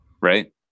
right